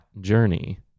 journey